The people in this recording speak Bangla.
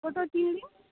ছোটো চিংড়ি